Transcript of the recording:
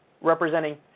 representing